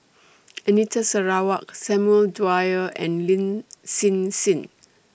Anita Sarawak Samuel Dyer and Lin Hsin Hsin